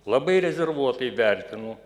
labai rezervuotai vertinu